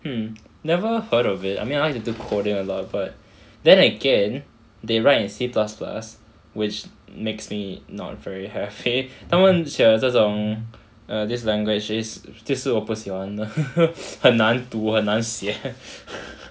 mm never heard of it I mean I like to do coding a lot but then again they write in C plus plus which makes me not very have faith 他们选这种 err this language is 就是我不喜欢的很难读很难写